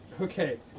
Okay